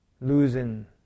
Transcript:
Losing